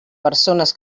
persones